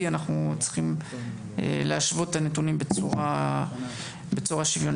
אנחנו צריכים להשוות את הנתונים בצורה שוויונית.